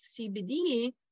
CBD